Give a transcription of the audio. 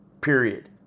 period